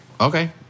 Okay